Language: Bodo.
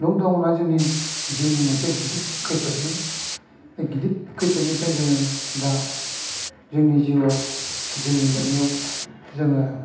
लकडाउनआ जोंनि जिउनि मोनसे गिदिद खैफोद गिदिद खैफोदनिफ्राय जोङो दा जोंनि जिउआव जोंनि लिरनायाव जोङो